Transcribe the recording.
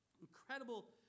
Incredible